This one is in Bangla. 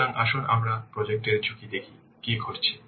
সুতরাং আসুন আমরা প্রজেক্ট এর ঝুঁকিতে দেখি কী ঘটছে